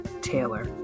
Taylor